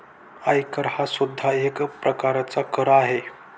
आयकर हा सुद्धा एक प्रकारचा कर आहे